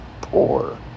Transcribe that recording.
poor